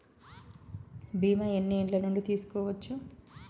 బీమా ఎన్ని ఏండ్ల నుండి తీసుకోవచ్చు?